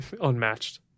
unmatched